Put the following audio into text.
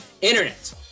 Internet